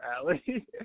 alley